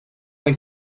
way